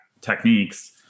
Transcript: techniques